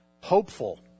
hopeful